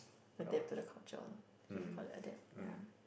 adapt to the culture you just call that adapt ya